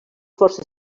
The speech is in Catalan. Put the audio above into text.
força